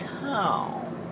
Cow